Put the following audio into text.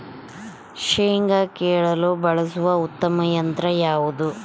ಶೇಂಗಾ ಕೇಳಲು ಬಳಸುವ ಉತ್ತಮ ಯಂತ್ರ ಯಾವುದು?